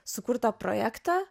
sukurtą projektą